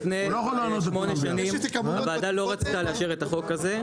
לפני שמונה שנים הוועדה לא רצתה לאשר את החוק הזה.